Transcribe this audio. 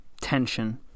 tension